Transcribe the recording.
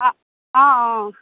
অঁ অঁ অঁ